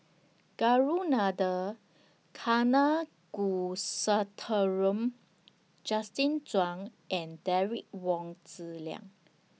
Ragunathar Kanagasuntheram Justin Zhuang and Derek Wong Zi Liang